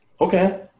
Okay